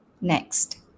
next